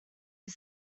his